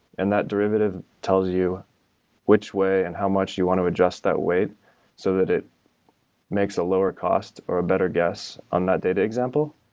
and that derivative tells you which way and how much you want to adjust that weight so that it makes a lower cost or better guess on that data example.